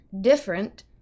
different